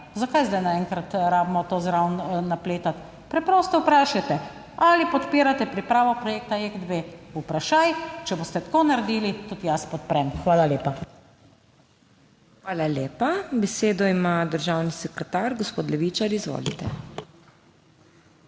Zakaj zdaj naenkrat rabimo to zraven napletati? Preprosto vprašajte ali podpirate pripravo projekta Jek 2? Vprašaj, če boste tako naredili, tudi jaz podprem. Hvala lepa. **PODPREDSEDNICA MAG. MEIRA HOT:** Hvala lepa. Besedo ima državni sekretar, gospod Levičar, izvolite.